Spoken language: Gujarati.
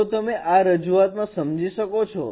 તો તમે આ રજૂઆતમાં સમજી શકો છો